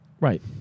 Right